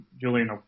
Julian